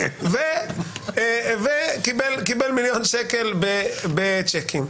וקיבל מיליון שקל בשיקים.